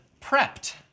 prepped